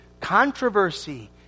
controversy